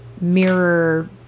mirror